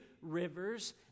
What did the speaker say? rivers